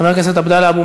חבר הכנסת דב חנין.